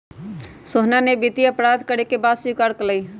सोहना ने वित्तीय अपराध करे के बात स्वीकार्य कइले है